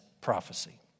prophecy